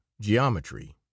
geometry